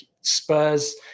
Spurs